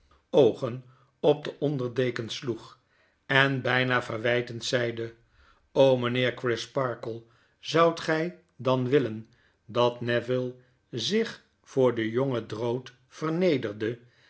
oogen op den onder deken sloeg en bgnaverwgtend zeide mijnheer crisparkle zoudt gg dan willen dat neville zichvoor den jongen drood vernederde